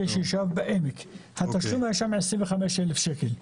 שיושב בעמק התשלום שם היה 25 אלף שקל.